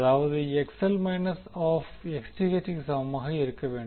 அதாவது XL minus of Xth க்கு சமமாக இருக்க வேண்டும்